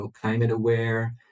climate-aware